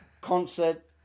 concert